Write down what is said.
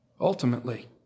ultimately